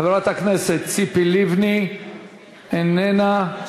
חברת הכנסת ציפי לבני, איננה.